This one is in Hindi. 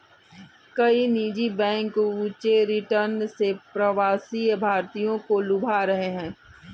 कई निजी बैंक ऊंचे रिटर्न से प्रवासी भारतीयों को लुभा रहे हैं